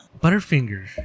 Butterfinger